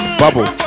bubble